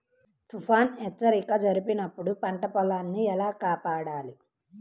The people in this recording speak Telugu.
తుఫాను హెచ్చరిక జరిపినప్పుడు పంట పొలాన్ని ఎలా కాపాడాలి?